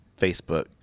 Facebook